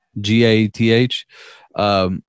g-a-t-h